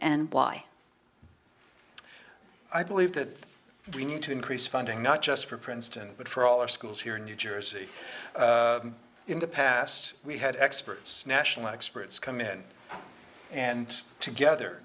and why i believe that we need to increase funding not just for princeton but for all our schools here in new jersey in the past we had experts national experts come in and together